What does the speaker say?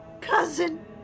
cousin